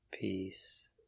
peace